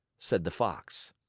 said the fox.